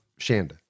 Shanda